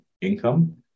income